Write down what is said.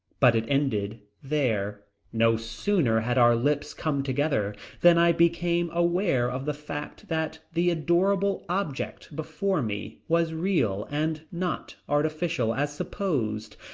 but it ended there. no sooner had our lips come together than i became aware of the fact that the adorable object before me was real and not artificial as supposed.